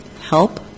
help